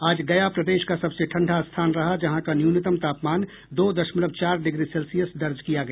आज गया प्रदेश का सबसे ठंडा स्थान रहा जहां का न्यूनतम तापमान दो दशमलव चार डिग्री सेल्सियस दर्ज किया गया